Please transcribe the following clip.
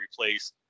replace